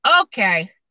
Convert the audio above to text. Okay